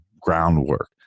groundwork